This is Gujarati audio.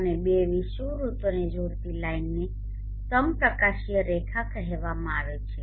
અને બે વિષુવવૃત્તોને જોડતી લાઇનને સમપ્રકાશીય રેખા કહેવામાં આવે છે